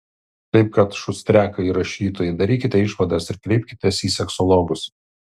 taip kad šustriakai rašytojai darykite išvadas ir kreipkitės į seksologus